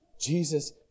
Jesus